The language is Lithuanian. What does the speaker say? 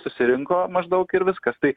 susirinko maždaug ir viskas tai